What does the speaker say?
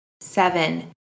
seven